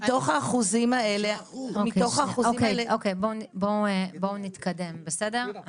מתוך האחוזים האלה -- אוקיי, בואו נתקדם, בסדר?